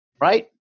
right